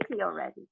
already